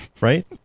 right